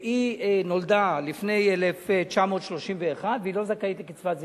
והיא נולדה לפני 1931 והיא לא זכאית לקצבת זיקנה.